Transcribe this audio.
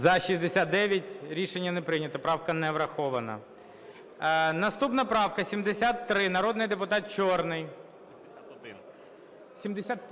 За-69 Рішення не прийнято. Правка не врахована. Наступна правка 73, народний депутат Чорний.